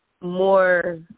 more